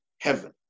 heaven